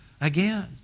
again